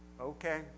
okay